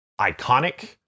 iconic